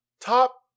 Top